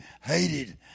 hated